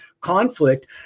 conflict